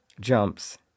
jumps